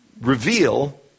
reveal